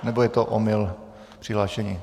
Nebo je to omyl v přihlášení?